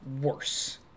worse